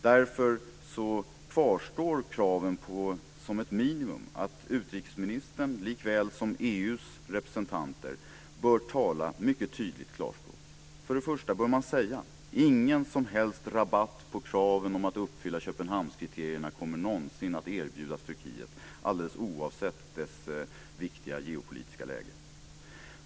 Därför kvarstår kraven, som ett minimum, att utrikesministern, likväl som EU:s representanter, bör tala klarspråk. Först och främst bör man säga att ingen som helst rabatt på kraven om att uppfylla Köpenhamnskriterierna kommer någonsin att erbjudas Turkiet alldeles oavsett landets viktiga geopolitiska läge.